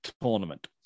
tournament